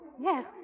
Yes